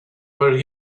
where